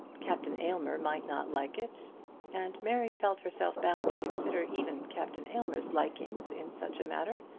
captain aylmer might not like it and mary felt herself bound to consider even captain aylmer's likings in such a matter.